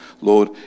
Lord